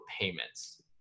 payments